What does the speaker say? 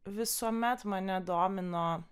visuomet mane domino